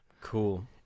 Cool